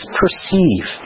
perceive